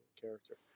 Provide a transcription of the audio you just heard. character